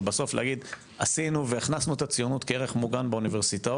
אבל בסוף לומר: עשינו והכנסנו את הציונות כערך מוגן באוניברסיטאות